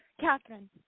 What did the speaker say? Catherine